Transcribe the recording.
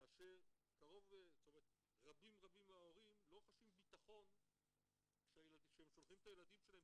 כאשר רבים מאוד מההורים לא חשים ביטחון כשהם שולחים את הילדים שלהם